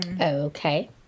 Okay